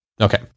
Okay